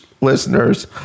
listeners